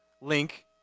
Link